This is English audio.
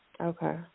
Okay